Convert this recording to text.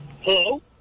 Hello